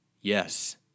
Yes